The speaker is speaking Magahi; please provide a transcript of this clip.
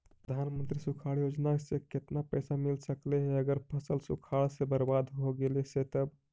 प्रधानमंत्री सुखाड़ योजना से केतना पैसा मिल सकले हे अगर फसल सुखाड़ से बर्बाद हो गेले से तब?